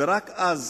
ורק אז